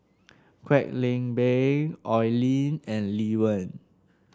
Kwek Leng Beng Oi Lin and Lee Wen